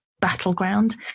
battleground